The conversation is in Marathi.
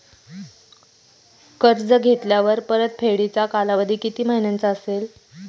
कर्ज घेतल्यावर परतफेडीचा कालावधी किती महिन्यांचा असेल?